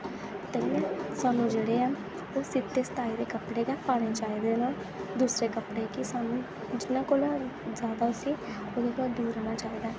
ताहियें सानूं जेह्ड़े ऐ ओह् सीते सताए दे गै कपड़े पाने चाहिदे ऐ दुसरे कपड़े गी सानूं जैदा कोला जैदा उस्सी दूर रौह्ना चाहिदा